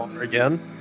again